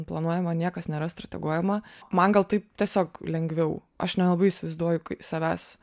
planuojama niekas nėra strateguojama man gal taip tiesiog lengviau aš nelabai įsivaizduoju kaip savęs